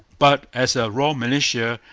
but, as a raw militia,